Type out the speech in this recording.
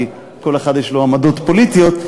כי לכל אחד יש עמדות פוליטיות,